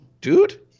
dude